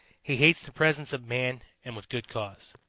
he hates the presence of man and with good cause.